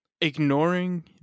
Ignoring